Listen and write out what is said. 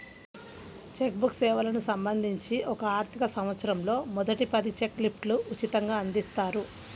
check book సేవలకు సంబంధించి ఒక ఆర్థికసంవత్సరంలో మొదటి పది చెక్ లీఫ్లు ఉచితంగ అందిస్తారు